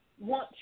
want